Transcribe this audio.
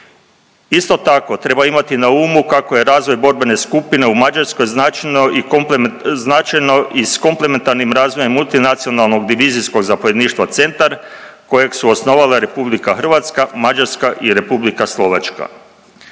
Isto tako, treba imati na umu kako je razvoj borbene skupine u Mađarskoj značajno i s komplementarnim razvojem multinacionalnog divizijskog zapovjedništva Centar kojeg su osnovale Republika Hrvatska, Mađarska i Republika Slovačka.